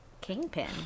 Kingpin